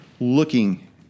Looking